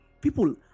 people